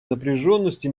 напряженности